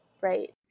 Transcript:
Right